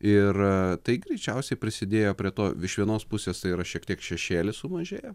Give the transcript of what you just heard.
ir tai greičiausiai prisidėjo prie to iš vienos pusės tai yra šiek tiek šešėlis sumažėjo